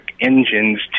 engines